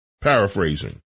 paraphrasing